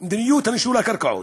מדיניות נישול הקרקעות,